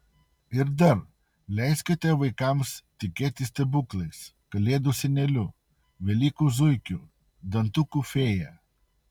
ir dar leiskite vaikams tikėti stebuklais kalėdų seneliu velykų zuikiu dantukų fėja